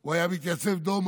הוא היה מתייצב דום,